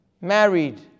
married